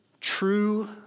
true